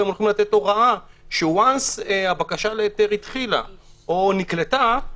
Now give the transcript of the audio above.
והם הולכים לתת הוראה שברגע שהבקשה להיתר התחילה או נקלטה,